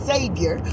Savior